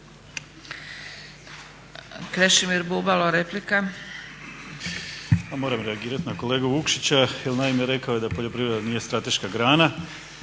Krešimir (HDSSB)** Moram reagirati na kolegu Vukšića jer naime rekao je da poljoprivreda nije strateška grana.